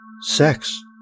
Sex